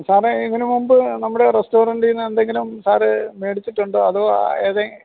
സാറെ ഇതിനു മുമ്പ് നമ്മുടെ റസ്റ്റോറൻറ്റ്ന്ന് എന്തെങ്കിലും സാർ മേടിച്ചിട്ടുണ്ടൊ അതോ ഏതെ